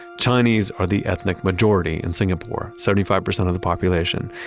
chinese are the ethnic majority in singapore, seventy five percent of the population,